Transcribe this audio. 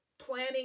planning